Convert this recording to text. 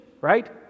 right